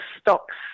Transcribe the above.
stocks